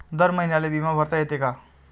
दर महिन्याले बिमा भरता येते का?